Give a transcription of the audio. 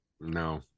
No